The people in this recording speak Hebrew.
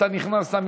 אתה נכנסת,